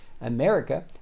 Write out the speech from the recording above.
America